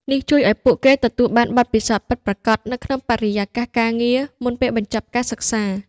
នេះជួយឱ្យពួកគេទទួលបានបទពិសោធន៍ពិតប្រាកដនៅក្នុងបរិយាកាសការងារ មុនពេលបញ្ចប់ការសិក្សា។